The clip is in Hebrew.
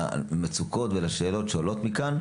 פתרונות למצוקות ולשאלות שעולות מכאן.